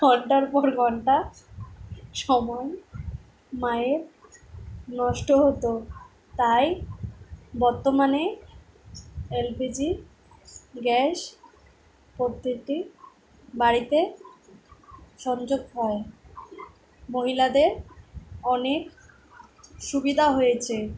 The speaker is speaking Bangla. ঘন্টার পর ঘন্টা সময় মায়ের নষ্ট হতো তাই বর্তমানে এ লপি জি গ্যাস প্রত্যেকটি বাড়িতে সংযোগ হয় মহিলাদের অনেক সুবিধা হয়েছে